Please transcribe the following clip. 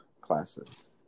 classes